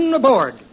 aboard